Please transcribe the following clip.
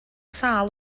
sâl